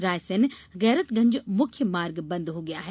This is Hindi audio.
रायसेन गैरतगंज मुख्य मार्ग बन्द हो गया है